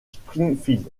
springfield